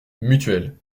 mutuelle